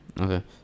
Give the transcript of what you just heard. Okay